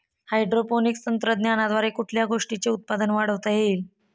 Hydroponics तंत्रज्ञानाद्वारे कुठल्या गोष्टीचे उत्पादन वाढवता येईल?